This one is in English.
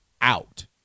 out